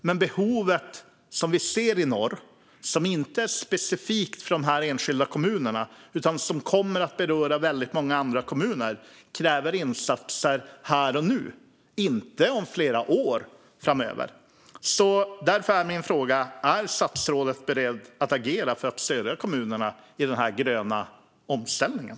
Men behovet som vi ser i norr och som inte är specifikt för de enskilda kommunerna utan som kommer att beröra väldigt många andra kommuner kräver insatser här och nu - inte om flera år. Därför är min fråga: Är statsrådet beredd att agera för att stödja kommunerna i den gröna omställningen?